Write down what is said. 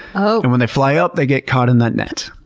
and when they fly up, they get caught in that net.